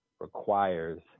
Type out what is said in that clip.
requires